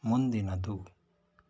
ಮುಂದಿನದು